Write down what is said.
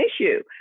issue